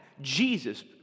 Jesus